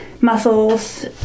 muscles